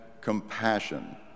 compassion